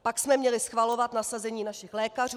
Pak jsme měli schvalovat nasazení našich lékařů.